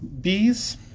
Bees